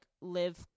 live